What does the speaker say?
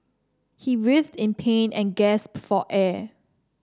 he writhed in pain and gasped for air